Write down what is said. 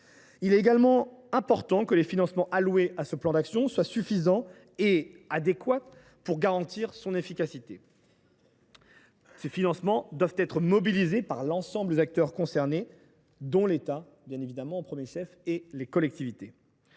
Il est également important que les financements alloués à ce plan d’action soient suffisants et adéquats pour garantir son efficacité. Ils doivent être mobilisés par l’ensemble des acteurs concernés, au premier chef l’État et les collectivités.